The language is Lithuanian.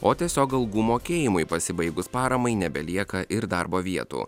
o tiesiog algų mokėjimui pasibaigus paramai nebelieka ir darbo vietų